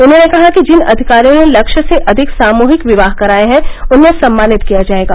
उन्होंने कहा कि जिन अधिकारियों ने लक्ष्य से अधिक सामूहिक विवाह कराये हैं उन्हें सम्मानित किया जाएगा